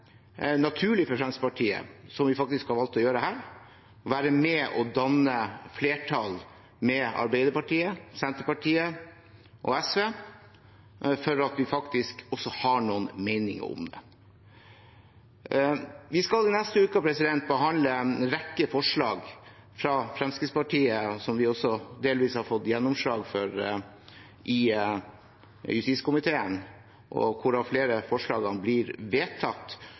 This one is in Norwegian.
naturlig for Fremskrittspartiet – som vi faktisk har valgt å gjøre her – å være med og danne flertall med Arbeiderpartiet, Senterpartiet og SV, fordi vi også har noen meninger om det. Vi skal i neste uke behandle en rekke forslag fra Fremskrittspartiet som vi også delvis har fått gjennomslag for i justiskomiteen, hvorav flere av forslagene som blir vedtatt,